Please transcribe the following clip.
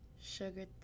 Sugar